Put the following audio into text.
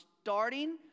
starting